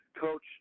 Coach